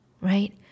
right